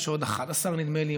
ויש עוד 11 נדמה לי,